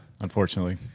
Unfortunately